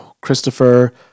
Christopher